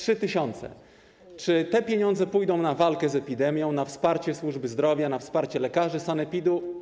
Czy te pieniądze pójdą na walkę z epidemią, na wsparcie służby zdrowia, na wsparcie lekarzy sanepidu?